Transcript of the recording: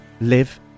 live